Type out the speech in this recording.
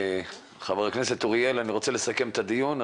ח"כ אוריאל, אני רוצה לסכם את הדיון.